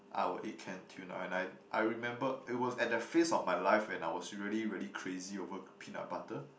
I will eat can tuna and I I remember it was at that phase of my life when I was really really crazy over peanut butter